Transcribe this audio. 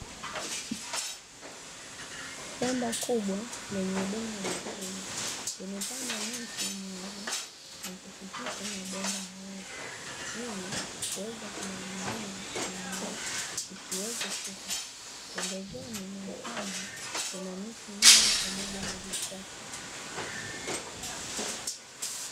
Hema kubwa lenye udongo mwekundu limepandwa miti ya mihogo na kupitishwa mabomba meusi ili kuweza kumwagilia mimea isiweze kufa, pembezoni mwa shamba kuna miti mingi pamoja na vichaka.